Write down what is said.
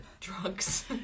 drugs